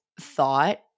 thought